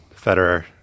Federer